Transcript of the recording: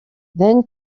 then